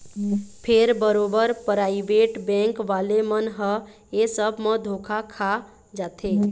फेर बरोबर private bank वाले मन ह ऐ सब म धोखा खा जाथे